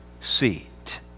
seat